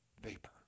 Vapor